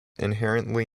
inherently